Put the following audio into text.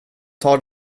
tar